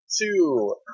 Two